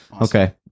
Okay